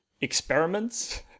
experiments